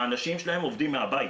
האנשים שלהם עובדים מהבית,